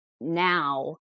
now